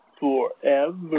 Forever